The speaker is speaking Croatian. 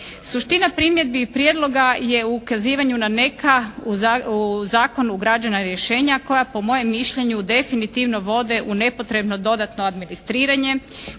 Suština primjedbi i prijedloga je u ukazivanju na neka u zakon ugrađena rješenja koja po mojem mišljenju definitivno vode u nepotrebno dodatno administriranje,